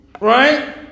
right